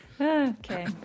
Okay